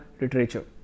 literature